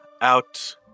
out